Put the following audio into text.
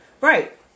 Right